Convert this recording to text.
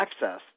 accessed